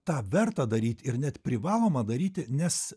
tą verta daryt ir net privaloma daryti nes